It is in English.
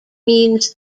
means